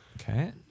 Okay